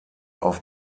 auf